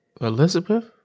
elizabeth